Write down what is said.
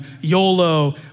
YOLO